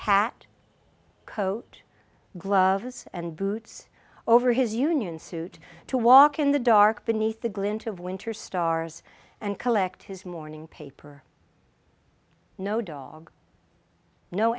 hat coat gloves and boots over his union suit to walk in the dark beneath the glint of winter stars and collect his morning paper no dog no